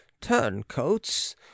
turncoats